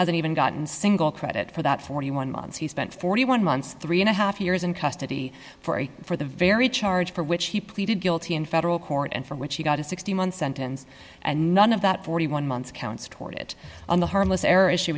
hasn't even gotten single credit for that forty one months he spent forty one months three and a half years in custody for a for the very charge for which he pleaded guilty in federal court and for which he got a sixty month sentence and none of that forty one months counts toward it on the harmless error issue